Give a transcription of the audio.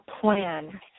plan